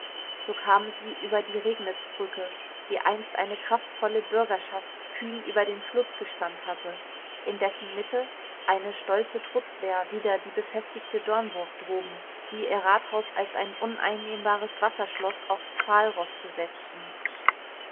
so kamen sie über die regnitzbrücke die einst eine kraftvolle bürgerschaft kühn über den fluß gespannt hatte in dessen mitte eine stolze trutzwehr wider die befestigte domburg droben sie ihr rathaus als ein uneinnehmbares wasserschloß auf pfahlroste setzten